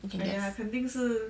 you can guess